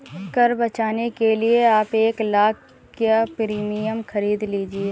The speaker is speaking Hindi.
कर बचाने के लिए आप एक लाख़ का प्रीमियम खरीद लीजिए